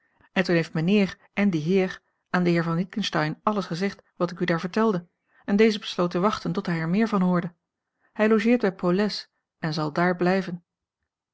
en toen heeft mijnheer en die heer aan den heer van witgensteyn alles gezegd wat ik u daar vertelde en deze besloot te wachten tot hij er meer van hoorde hij logeert bij paulez en zal dààr blijven